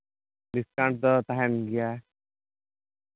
discount ᱫᱚ ᱛᱟᱦᱮᱱ ᱜᱮᱭᱟ